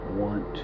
want